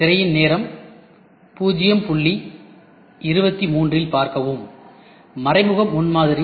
திரையின் நேரம் 0023 இல் பார்க்கவும் மறைமுக முன்மாதிரி